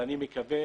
ואני מקווה